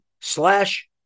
slash